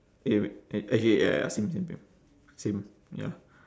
eh wait actually ya ya same same same same ya